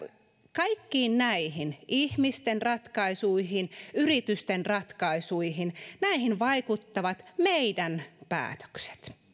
kaikkiin näihin ihmisten ratkaisuihin yritysten ratkaisuihin vaikuttavat meidän päätöksemme